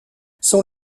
sont